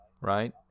right